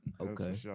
Okay